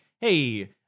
hey